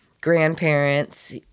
grandparents